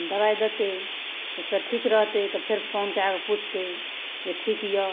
दबाइ देतै ओइसँ ठीक रहतै तऽ फेर फोन कए कऽ पुछतै जे ठीक यऽ